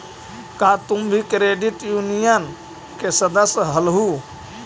का तुम भी क्रेडिट यूनियन के सदस्य हलहुं?